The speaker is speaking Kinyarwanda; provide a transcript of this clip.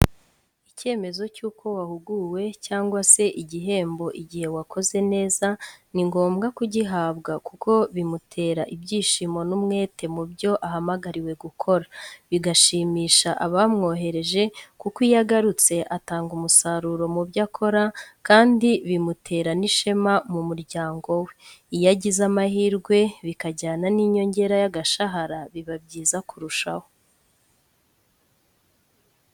Icyemezo cy'uko wahuguwe cyangwa se igihembo igihe wakoze neza ni ngombwa kugihabwa kuko bimutera ibyishimo n'umwete mu byo ahamagariwe gukora. Bigashimisha abamwohereje kuko iyo agarutse atanga umusaruro mu byo akora kandi bikamutera n'ishema mu muryango we. Iyo agize amahirwe bikajyana n'inyongera y'agashahara biba byiza kurushaho.